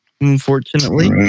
unfortunately